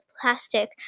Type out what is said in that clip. plastic